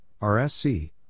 RSC